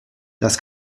das